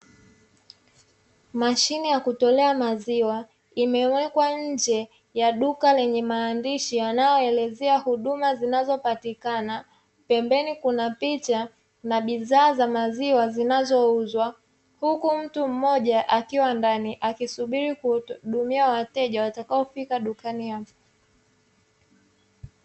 Mashine ya kutolea maziwa imewekwa nje ya duka lenye maandishi yanayoelezea huduma zinazopatikana, pembeni kuna picha na bidhaa za maziwa zinazouzwa, huku mtu mmoja akiwa ndani akisubiri kuhudumia wateja watakao fika dukani hapo.